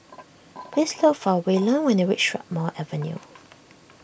please look for Waylon when you reach Strathmore Avenue